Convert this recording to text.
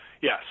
Yes